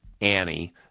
Annie